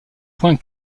point